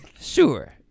Sure